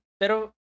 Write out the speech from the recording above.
Pero